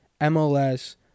MLS